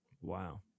Wow